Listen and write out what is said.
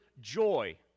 joy